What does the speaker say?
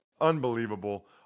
Unbelievable